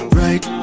right